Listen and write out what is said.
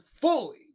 fully